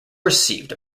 received